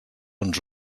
ens